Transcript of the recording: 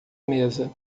mesa